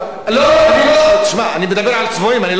לא, תשמע, אני מדבר על צבועים, אני לא ביניהם.